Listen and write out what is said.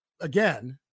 again